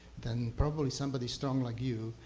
then probably somebody strong like you,